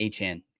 HN